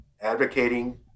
advocating